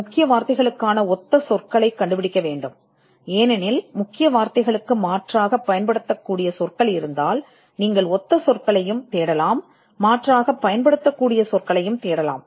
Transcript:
முக்கிய வார்த்தைகளுக்கான ஒத்த சொற்களையும் நீங்கள் கண்டுபிடிக்க வேண்டும் ஏனென்றால் மாற்றாகப் பயன்படுத்தக்கூடிய சொற்கள் இருந்தால் நீங்கள் ஒத்த சொற்களையும் தேடுவீர்கள் பின்னர் மாற்று சொற்களையும் தேடுங்கள்